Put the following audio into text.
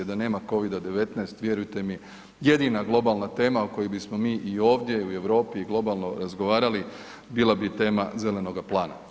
Da nema COVID-a 19, vjerujte mi, jedina globalna tema o kojoj bismo mi ovdje i u Europi globalno razgovarali, bila bi tema zelenog plana.